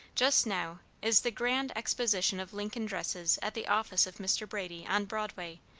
just now, is the grand exposition of lincoln dresses at the office of mr. brady, on broadway,